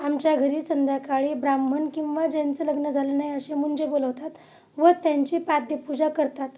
आमच्या घरी संध्याकाळी ब्राह्मण किंवा ज्यांचं लग्न झालं नाही असे मुंजे बोलवतात व त्यांची पाद्यपूजा करतात